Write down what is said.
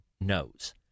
knows